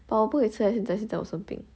but 我不可以吃现在 eh 现在我生病